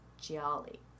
Jolly